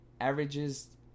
averages